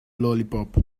lollipop